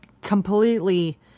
completely